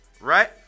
right